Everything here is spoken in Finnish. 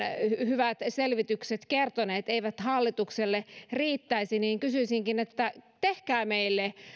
hyvät selvityksemme kertoneet eivät hallitukselle riittäisi kysyisinkin että tehkää meille